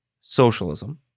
socialism